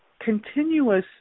continuous